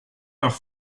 par